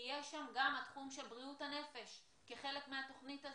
יהיה שם גם התחום של בריאות הנפש כחלק מהתוכנית הזאת,